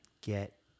Get